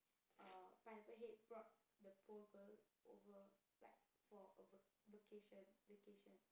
uh Pineapple Head brought the poor girl over like for a va~ vacation vacation